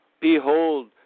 behold